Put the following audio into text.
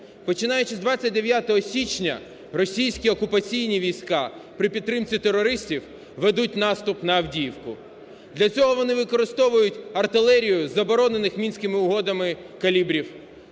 Починаючи з 29 січня російські окупаційні війська при підтримці терористів ведуть наступ на Авдіївку. Для цього вони використовують артилерію заборонених Мінськими угодами калібрів,